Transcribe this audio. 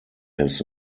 his